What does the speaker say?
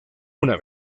una